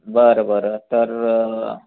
बरं बरं तर